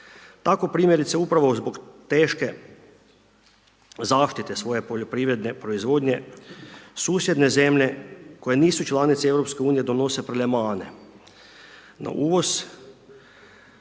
Tako primjerice upravo zbog teške zaštite svoje poljoprivredne proizvodnje susjedne zemlje koje nisu članice EU donose Prelevmane na uvoz